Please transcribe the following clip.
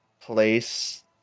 place